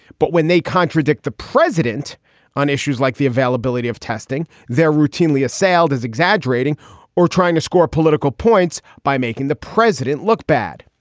but when they contradict the president on issues like the availability of testing, they're routinely assailed as exaggerating or trying to score political points by making the president look bad.